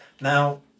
now